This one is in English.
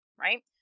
right